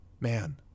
man